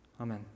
Amen